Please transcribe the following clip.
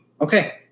Okay